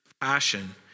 passion